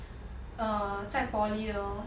err 在 poly 的 lor